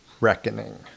Reckoning